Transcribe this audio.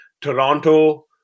Toronto